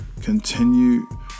continue